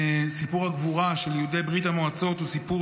סיפור הגבורה של יהודי ברית המועצות הוא סיפור